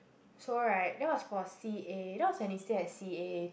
so right that was for C_A that was when we still had C_A